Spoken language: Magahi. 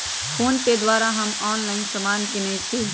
फोनपे द्वारा हम ऑनलाइन समान किनइ छी